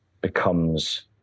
becomes